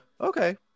Okay